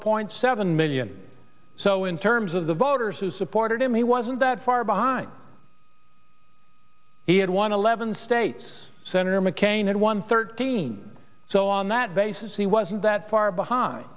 point seven million so in terms of the voters who supported him he wasn't that far behind he had won eleven states senator mccain had won thirteen so on that basis he wasn't that far behind